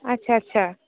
আচ্ছা আচ্ছা